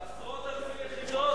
עשרות אלפי יחידות.